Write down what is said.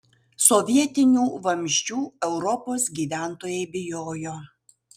sovietinių vamzdžių europos gyventojai bijojo